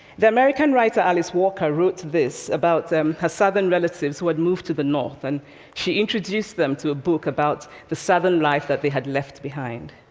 the american writer alice walker wrote this about her southern relatives who had moved to the north. and she introduced them to a book about the southern life that they had left behind.